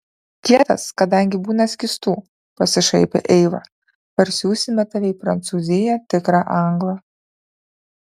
kietas kadangi būna skystų pasišaipė eiva parsiųsime tave į prancūziją tikrą anglą